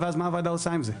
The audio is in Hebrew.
מה הוועדה עושה עם זה?